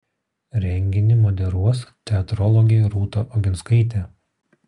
renginį moderuos teatrologė rūta oginskaitė